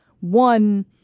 one